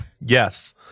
yes